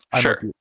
Sure